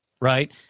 right